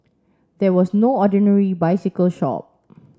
there was no ordinary bicycle shop